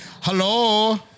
Hello